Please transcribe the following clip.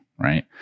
right